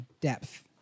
depth